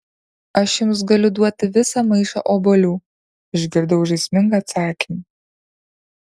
aš jums galiu duoti visą maišą obuolių išgirdau žaismingą atsakymą